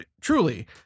Truly